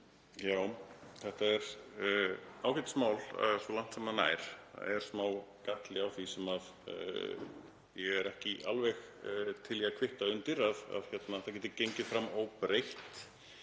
Já, þetta er ágætismál svo langt sem það nær. Það er smá galli á því þannig að ég er ekki alveg til í að kvitta undir að það geti gengið áfram óbreytt.